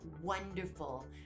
wonderful